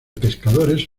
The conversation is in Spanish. pescadores